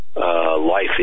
Life